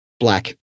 black